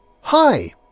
Hi